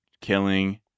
killing